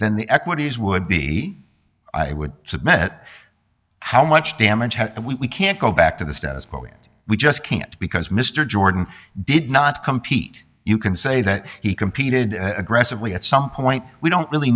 then the equities would be i would submit how much damage have we can't go back to the status quo we just can't because mr jordan did not compete you can say that he competed aggressively at some point we don't really